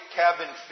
cabin